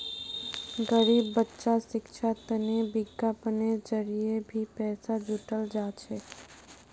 गरीब बच्चार शिक्षार तने विज्ञापनेर जरिये भी पैसा जुटाल जा छेक